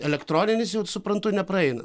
elektroninis jums suprantu nepraeina